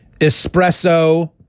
espresso